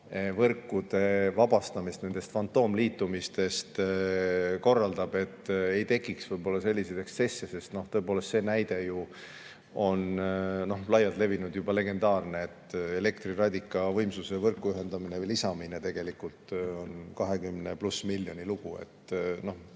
võrkude vabastamist nendest fantoomliitumistest korraldab, et ei tekiks võib-olla selliseid ekstsesse. Sest tõepoolest, see näide ju on laialt levinud, juba legendaarne, et elektriradika võimsuse võrku ühendamine või lisamine on 20+ miljoni lugu. Noh,